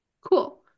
Cool